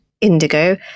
indigo